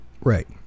right